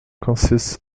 consists